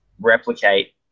replicate